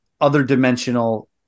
other-dimensional